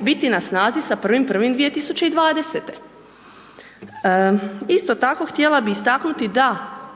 biti na snazi sa 1.1.2020. Isto tako, htjela bi istaknuti da